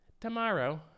tomorrow